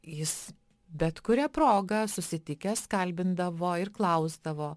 jis bet kuria proga susitikęs kalbindavo ir klausdavo